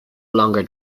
longer